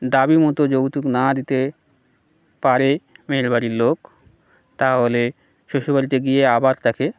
দাবি মতো যৌতুক না দিতে পারে মেয়ের বাড়ির লোক তাহলে শ্বশুরবাড়িতে গিয়ে আবার তাকে